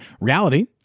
reality